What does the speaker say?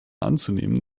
anzunehmen